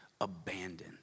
abandoned